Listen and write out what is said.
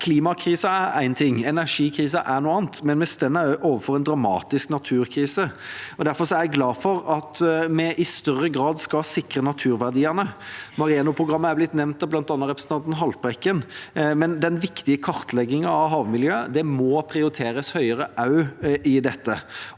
Klimakrisen er én ting, energikrisen er noe annet, men vi står også overfor en dramatisk naturkrise. Derfor er jeg glad for at vi i større grad skal sikre naturverdiene. Mareano-programmet er blitt nevnt av bl.a. representanten Haltbrekken, men den viktige kartleggingen av havmiljøet må prioriteres høyere også i dette.